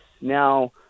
now